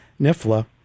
NIFLA